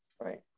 Right